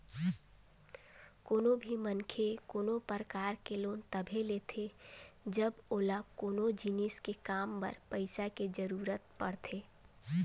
कोनो भी मनखे कोनो परकार के लोन तभे लेथे जब ओला कोनो जिनिस के काम बर पइसा के जरुरत पड़थे